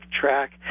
track